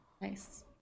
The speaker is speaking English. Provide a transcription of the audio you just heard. Nice